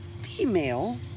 female